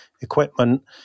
equipment